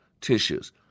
tissues